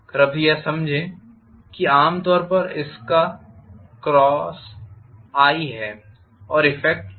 कृपया समझें कि आमतौर पर इसका कॉस i है और एफेक्ट है